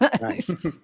Nice